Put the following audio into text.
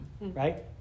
right